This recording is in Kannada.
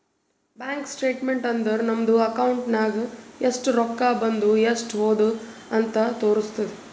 ಬ್ಯಾಂಕ್ ಸ್ಟೇಟ್ಮೆಂಟ್ ಅಂದುರ್ ನಮ್ದು ಅಕೌಂಟ್ ನಾಗ್ ಎಸ್ಟ್ ರೊಕ್ಕಾ ಬಂದು ಎಸ್ಟ್ ಹೋದು ಅಂತ್ ತೋರುಸ್ತುದ್